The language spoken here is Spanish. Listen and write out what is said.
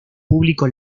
público